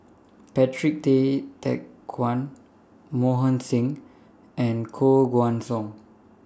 Patrick Tay Teck Guan Mohan Singh and Koh Guan Song